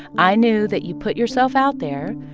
i knew that you put yourself out there,